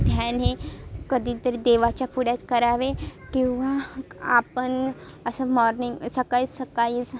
ध्यान हे कधीतरी देवाच्या पुढ्यात करावे किंवा आपण असं मॉर्निंग सकाळी सकाळीच